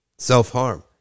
Self-harm